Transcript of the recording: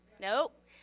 Nope